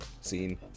scene